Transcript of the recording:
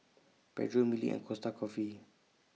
Pedro Mili and Costa Coffee